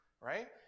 Right